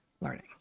learning